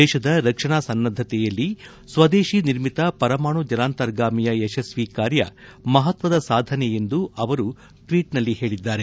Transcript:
ದೇಶದ ರಕ್ಷಣಾ ಸನ್ನದ್ದತೆಯಲ್ಲಿ ಸ್ವದೇಶಿ ನಿರ್ಮಿತ ಪರಮಾಣು ಜಲಂತರ್ಗಾಮಿಯ ಯಶಸ್ವಿ ಕಾರ್ಯ ಮಹತ್ವದ ಸಾಧನೆ ಎಂದು ಅವರು ಟ್ವೀಟ್ನಲ್ಲಿ ಹೇಳಿದ್ದಾರೆ